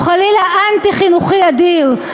או חלילה אנטי-חינוכי אדיר,